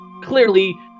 clearly